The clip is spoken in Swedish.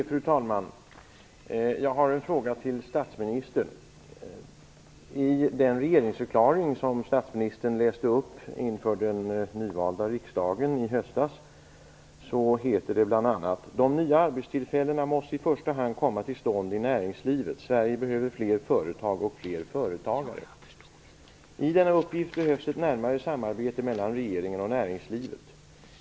Fru talman! Jag har en fråga till statsministern. I den regeringsförklaring som statsministern läste upp inför den nyvalda riksdagen i höstas heter det bl.a.: "De nya arbetstillfällena måste i första hand komma till stånd i näringslivet. Sverige behöver fler företag och fler företagare. I denna uppgift behövs ett närmare samarbete mellan regeringen och näringslivet.